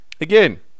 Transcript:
Again